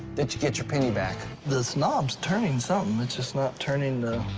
that you get your penny back. this knob's turning something. it's just not turning